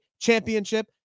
championship